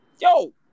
yo